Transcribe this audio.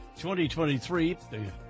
2023